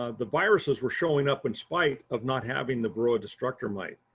ah the viruses were showing up in spite of not having the varroa destructor mite.